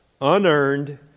unearned